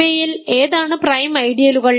ഇവയിൽ ഏതാണ് പ്രൈം ഐഡിയലുകൾ